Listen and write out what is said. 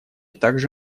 также